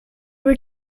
were